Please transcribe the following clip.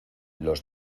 los